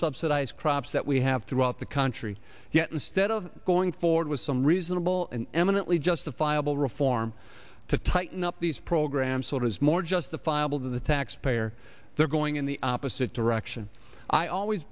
subsidized crops that we have throughout the country yet instead of going forward with some reasonable and eminently justifiable reform to tighten up these program i am sort is more justifiable to the taxpayer they're going in the opposite direction i always